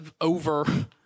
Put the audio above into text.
over